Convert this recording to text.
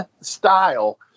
style